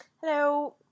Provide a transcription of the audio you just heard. Hello